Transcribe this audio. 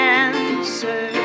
answer